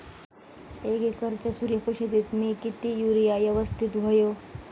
एक एकरच्या सूर्यफुल शेतीत मी किती युरिया यवस्तित व्हयो?